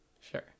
Sure